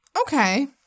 Okay